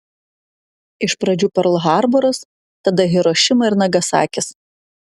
iš pradžių perl harboras tada hirošima ir nagasakis